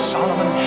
Solomon